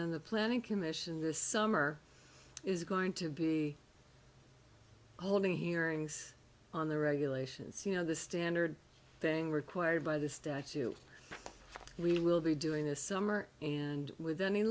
then the planning commission this summer is going to be holding hearings on the regulations you know the standard thing required by the statue we will be doing this summer and with any